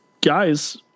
guys